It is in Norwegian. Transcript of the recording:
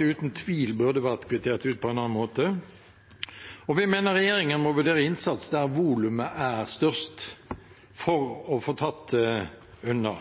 uten tvil burde vært kvittert ut på en annen måte. Og vi mener regjeringen må vurdere innsatsen der volumet er størst, for å få tatt det unna.